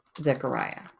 Zechariah